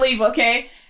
okay